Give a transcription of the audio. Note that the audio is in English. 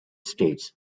states